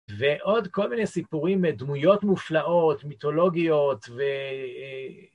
ועוד כל מיני סיפורים, דמויות מופלאות, מיתולוגיות, ו...